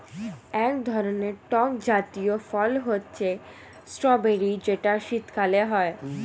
এক ধরনের টক জাতীয় ফল হচ্ছে স্ট্রবেরি যেটা শীতকালে হয়